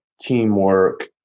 teamwork